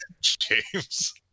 James